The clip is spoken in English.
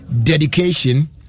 dedication